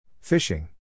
Fishing